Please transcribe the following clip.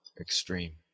extreme